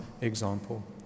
example